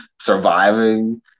surviving